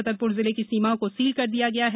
छतरपुर जिले की सीमाओं को सील कर दिया गया है